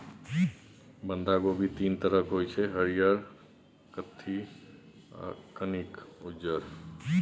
बंधा कोबी तीन तरहक होइ छै हरियर, कत्थी आ कनिक उज्जर